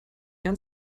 ein